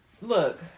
Look